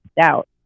out